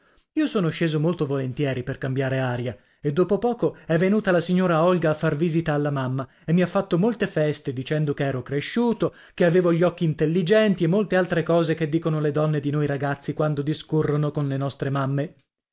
io sono sceso molto volentieri per cambiare aria e dopo poco è venuta la signora olga a far visita alla mamma e mi ha fatto molte feste dicendo che ero cresciuto che avevo gli occhi intelligenti e molte altre cose che dicono le donne di noi ragazzi quando discorrono con le nostre mamme